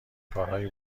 کارهای